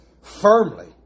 firmly